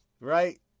right